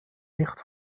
nicht